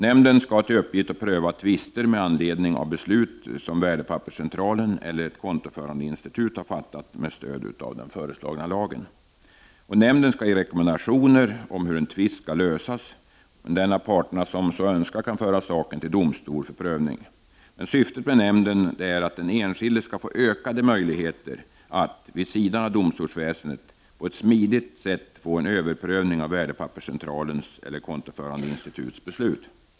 Nämnden skall ha till uppgift att pröva tvister med anledning av beslut som Värdepapperscentralen eller ett kontoförande institut har fattat med stöd av den föreslagna lagen. Nämnden skall ge rekommendationer om hur en tvist skall lösas. Den av parterna som så önskar kan föra saken till domstol för prövning. Syftet med nämnden är att den enskilde skall få ökade möjligheter att — vid sidan av domstolsväsendet — på ett smidigt sätt få en överprövning av Värdepapperscentralens eller kontoförande instituts beslut.